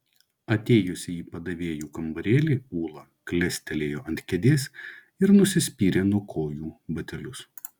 atėjusi į padavėjų kambarėlį ūla klestelėjo ant kėdės ir nusispyrė nuo kojų batelius